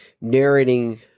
narrating